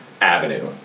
avenue